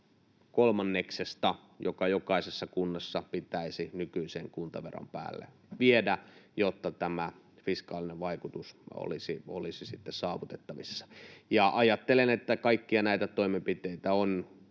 kolmanneksesta, joka jokaisessa kunnassa pitäisi nykyisen kuntaveron päälle viedä, jotta tämä fiskaalinen vaikutus olisi sitten saavutettavissa. Ajattelen, että kaikkia näitä toimenpiteitä on